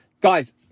guys